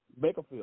Bakerfield